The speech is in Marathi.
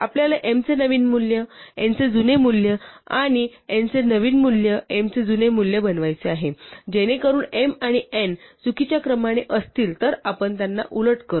आपल्याला m चे नवीन मूल्य n चे जुने मूल्य आणि n चे नवीन मूल्य m चे जुने मूल्य बनवायचे आहे जेणेकरून m आणि n चुकीच्या क्रमाने असतील तर आपण त्यांना उलट करू